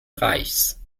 reichs